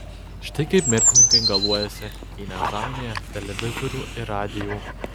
štai kaip mirtininkai galuojasi kai nezaunija televizorių ir radijų